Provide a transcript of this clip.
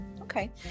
okay